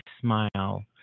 smile